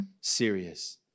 serious